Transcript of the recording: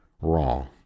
wrong